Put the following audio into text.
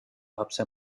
hapse